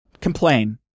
Complain